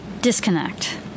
disconnect